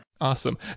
Awesome